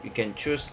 you can choose